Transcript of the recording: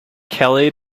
kelly